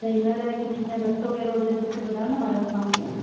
त हिन लाइ कुझु हींअंर रस्तो कहिड़ो हुजे त मूंखे ॿुधायो न महाराज स्वामी